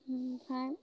ओमफ्राय